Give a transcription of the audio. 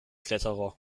kletterer